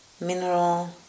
mineral